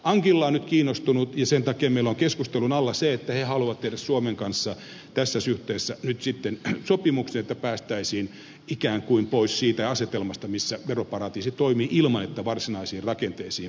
anguilla on nyt kiinnostunut ja sen takia meillä on keskustelun alla se että he haluavat tehdä suomen kanssa tässä suhteessa nyt sitten sopimuksen että päästäisiin ikään kuin pois siitä asetelmasta missä veroparatiisi toimii ilman että varsinaisiin rakenteisiin puututaan